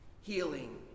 healing